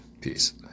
Peace